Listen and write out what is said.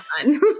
fun